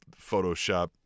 Photoshop